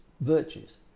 virtues